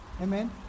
Amen